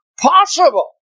possible